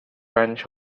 ranch